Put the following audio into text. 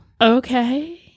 Okay